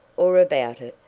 or about it,